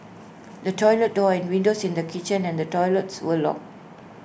the toilet door and windows in the kitchen and toilets were locked